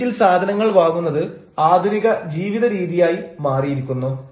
ക്രെഡിറ്റിൽ സാധനങ്ങൾ വാങ്ങുന്നത് ആധുനിക ജീവിത രീതിയായി മാറിയിരിക്കുന്നു